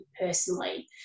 personally